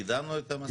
קידמנו את המשא ומתן.